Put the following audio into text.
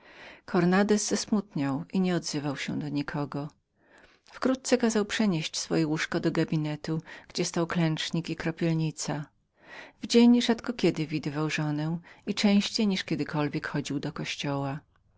cornandez zesmutniał i nieodzywał się do nikogo wkrótce kazał przenieść swoje łóżko do gabinetu gdzie stały klęcznik i kropielnica w dzień rzedko kiedy widywał żonę i częściej niż kiedykolwiek chodził do kościoła